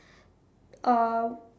uh